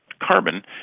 carbon